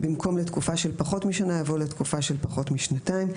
במקום "לתקופה של פחות משנה" יבוא "לתקופה של פחות משנתיים".